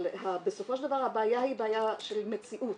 אבל בסופו של דבר הבעיה היא בעיה של מציאות,